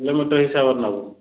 kilometre ହିସାବରେ ନେବ